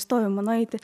stovimą nueiti